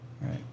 Right